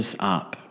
up